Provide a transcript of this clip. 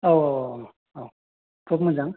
औ औ औ खोब मोजां